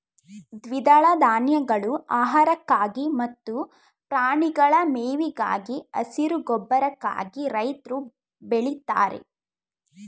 ದ್ವಿದಳ ಧಾನ್ಯಗಳು ಆಹಾರಕ್ಕಾಗಿ ಮತ್ತು ಪ್ರಾಣಿಗಳ ಮೇವಿಗಾಗಿ, ಹಸಿರು ಗೊಬ್ಬರಕ್ಕಾಗಿ ರೈತ್ರು ಬೆಳಿತಾರೆ